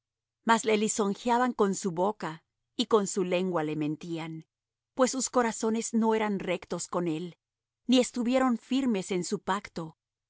mas le lisonjeaban con su boca y con su lengua le mentían pues sus corazones no eran rectos con él ni estuvieron firmes en su pacto